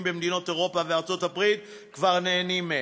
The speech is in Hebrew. במדינות אירופה וארצות-הברית כבר נהנים מהן,